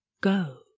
go